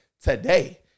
today